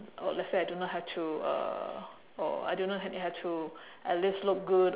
oh let's say I do not have to uh oh I do not have to at least look good